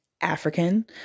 African